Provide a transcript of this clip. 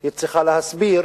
היא צריכה להסביר